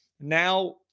now